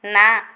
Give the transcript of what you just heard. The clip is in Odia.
ନା